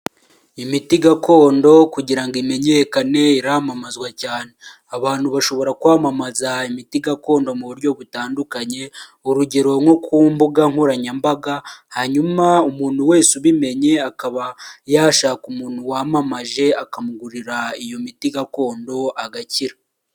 Imiti gakondo kugirango imenyekane iramamazwa cyane abantu bashobora kwamamaza imiti gakondo mu buryo butandukanye, urugero nko ku mbuga nkoranyambaga hanyuma umuntu wese ubimenye akaba yashaka umuntu wamamaje akamugurira iyo miti gakondo agakira.